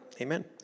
Amen